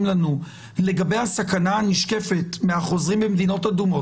לנו לגבי הסכנה הנשקפת מהחוזרים ממדינות אדומות,